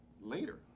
later